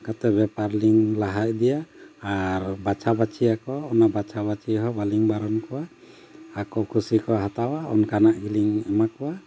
ᱠᱟᱛᱮᱫ ᱵᱮᱯᱟᱨᱞᱤᱧ ᱞᱟᱦᱟ ᱤᱫᱤᱭᱟ ᱟᱨ ᱵᱟᱪᱷᱟ ᱵᱟᱪᱤᱭᱟᱠᱚ ᱚᱱᱟ ᱵᱟᱪᱷᱟ ᱵᱟᱹᱪᱷᱤ ᱦᱚᱸ ᱵᱟᱹᱞᱤᱧ ᱵᱟᱨᱚᱱ ᱠᱚᱣᱟ ᱟᱠᱚ ᱠᱩᱥᱤ ᱠᱚ ᱦᱟᱛᱟᱣᱟ ᱚᱱᱠᱟᱱᱟᱜ ᱜᱮᱞᱤᱧ ᱮᱢᱟ ᱠᱚᱣᱟ